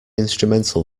instrumental